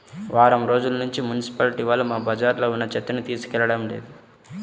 వారం రోజుల్నుంచి మున్సిపాలిటీ వాళ్ళు మా బజార్లో ఉన్న చెత్తని తీసుకెళ్లడం లేదు